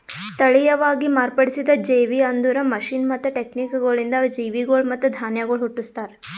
ತಳಿಯವಾಗಿ ಮಾರ್ಪಡಿಸಿದ ಜೇವಿ ಅಂದುರ್ ಮಷೀನ್ ಮತ್ತ ಟೆಕ್ನಿಕಗೊಳಿಂದ್ ಜೀವಿಗೊಳ್ ಮತ್ತ ಧಾನ್ಯಗೊಳ್ ಹುಟ್ಟುಸ್ತಾರ್